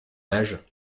âge